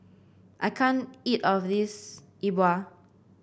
I can't eat all of this Yi Bua